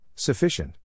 Sufficient